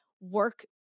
work